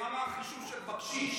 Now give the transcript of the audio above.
--- החישוב של בקשיש.